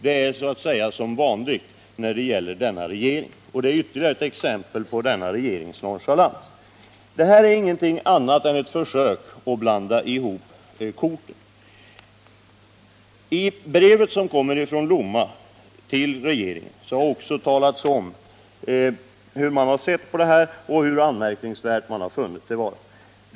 Det är sådant som vi har fått vänja oss vid från denna regering. Det är ytterligare ett exempel på folkpartiregeringens nonchalans. Det är inget annat än ett försök att blanda ihop korten. I brevet från Lomma till regeringen har man redogjort för hur man ser på handläggningen av detta ärende och hur anmärkningsvärd man har funnit den vara.